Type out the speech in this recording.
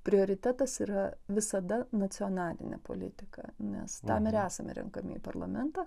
prioritetas yra visada nacionalinė politika nes tam ir esame renkami į parlamentą